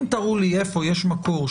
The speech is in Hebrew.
אם תראו לי איפה יש מקור,